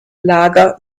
lager